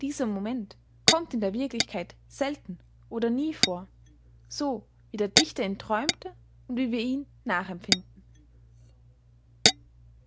dieser moment kommt in der wirklichkeit selten oder nie vor so wie der dichter ihn träumte und wie wir ihn nachempfinden